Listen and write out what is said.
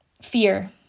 fear